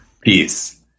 Peace